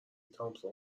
تامسون